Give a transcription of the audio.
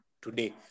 today